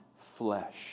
flesh